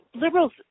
liberals